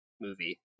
movie